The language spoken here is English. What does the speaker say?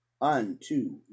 unto